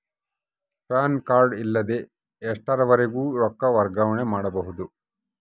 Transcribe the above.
PAN card ಇಲ್ಲದ ಎಷ್ಟರವರೆಗೂ ರೊಕ್ಕ ವರ್ಗಾವಣೆ ಮಾಡಬಹುದು?